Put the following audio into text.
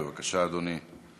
בבקשה, אדוני.